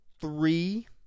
three